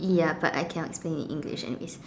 ya but I cannot explain it in English anyway